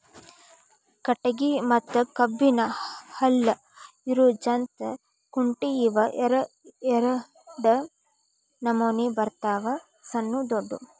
ಕಟಗಿ ಮತ್ತ ಕಬ್ಬನ್ದ್ ಹಲ್ಲ ಇರು ಜಂತ್ ಕುಂಟಿ ಇವ ಎರಡ ನಮೋನಿ ಬರ್ತಾವ ಸಣ್ಣು ದೊಡ್ಡು